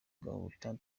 gahutu